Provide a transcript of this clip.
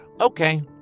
Okay